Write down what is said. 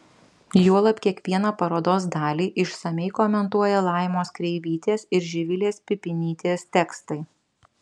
juolab kiekvieną parodos dalį išsamiai komentuoja laimos kreivytės ir živilės pipinytės tekstai